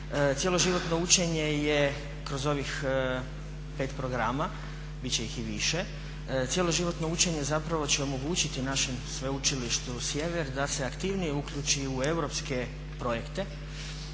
Cjeloživotno učenje je kroz ovih 5 programa, biti će ih i više, cjeloživotno učenje zapravo će omogućiti našem sveučilištu Sjever da se aktivnije uključi u europske projekte